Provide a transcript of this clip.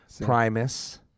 Primus